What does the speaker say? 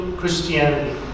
Christianity